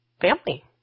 Family